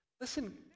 Listen